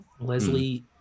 Leslie